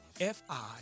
F-I